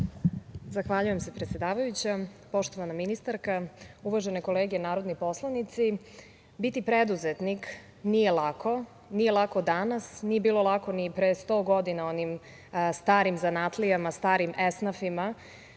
Zahvaljujem se predsedavajuća. Poštovana ministarka, uvažene kolege narodi poslanici, biti preduzetnik nije lako, nije lako danas, nije bilo lako ni pre 100 godina onim starim zanatlijama, starim esnafima.